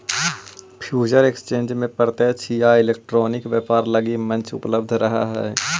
future exchange में प्रत्यक्ष या इलेक्ट्रॉनिक व्यापार लगी मंच उपलब्ध रहऽ हइ